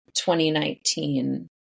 2019